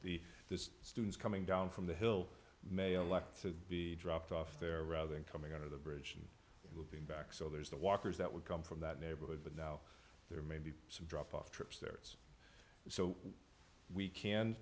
the the students coming down from the hill may elect to be dropped off there rather than coming out of the bridge and moving back so there's the walkers that would come from that neighborhood but now there may be some dropoff trips there it's so we can